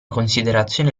considerazione